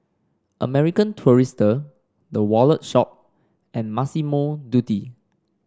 American Tourister The Wallet Shop and Massimo Dutti